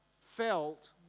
felt